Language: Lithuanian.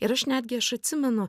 ir aš netgi aš atsimenu